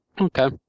Okay